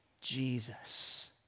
Jesus